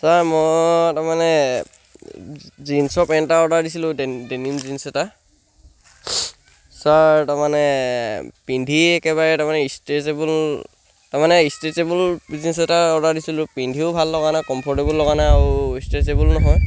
sir মই তাৰমানে জীন্সৰ পেণ্ট এটা অৰ্ডাৰ দিছিলোঁ ড ডেনিম জীন্স এটা ছাৰ তাৰমানে পিন্ধি একেবাৰে তাৰমানে ষ্ট্ৰেচেবল তাৰমানে ষ্ট্ৰেচেবল জীন্স এটা অৰ্ডাৰ দিছিলোঁ পিন্ধিও ভাল লগা নাই কমফৰ্টেবল লগা নাই আৰু ষ্ট্ৰেচেবল নহয়